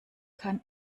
kann